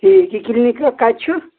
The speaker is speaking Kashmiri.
ٹھیٖک یہِ کِلنِک کَتہِ چھُ